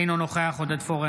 אינו נוכח עודד פורר,